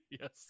Yes